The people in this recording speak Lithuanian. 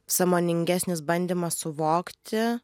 sąmoningesnis bandymas suvokti